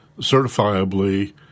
certifiably